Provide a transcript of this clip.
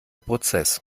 prozess